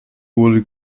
wurde